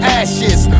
ashes